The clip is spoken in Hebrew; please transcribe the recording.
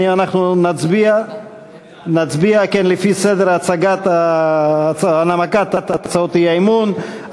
אנחנו נצביע לפי סדר הנמקת הצעות האי-אמון.